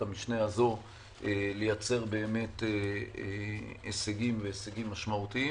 המשנה הזאת לייצר הישגים משמעותיים.